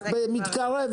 תודה.